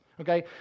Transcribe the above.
okay